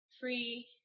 free